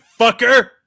fucker